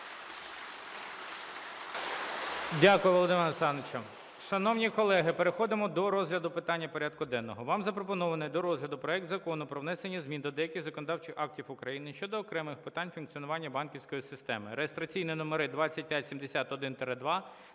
Дякую, Володимире Олександровичу.